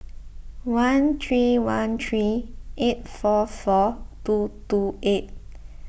one three one three eight four four two two eight